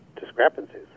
discrepancies